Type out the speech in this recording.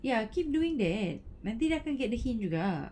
ya keep doing that nanti dia get the hint juga